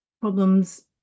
problems